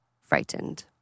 frightened